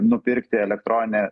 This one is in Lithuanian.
nupirkti elektroninę